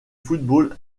football